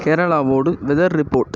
கேரளாவோட weather report